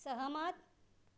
सहमत